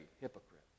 hypocrite